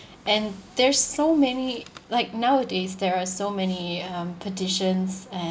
and there's so many like nowadays there are so many um petitions and